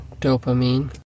dopamine